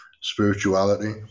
spirituality